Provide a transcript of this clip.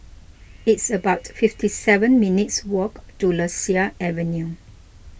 it's about fifty seven minutes' walk to Lasia Avenue